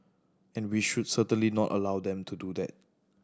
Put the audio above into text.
and we should certainly not allow them to do that